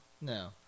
no